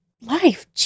life